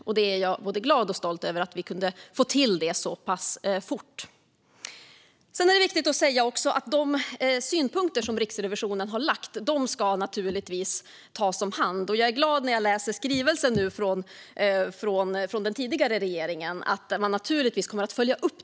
Jag är både glad och stolt över att vi kunde få till det så pass fort. Det är också viktigt att säga att de synpunkter som Riksrevisionen har lagt fram naturligtvis ska tas om hand. Jag blir glad när jag läser skrivelsen från den tidigare regeringen och konstaterar att man kommer att följa upp detta.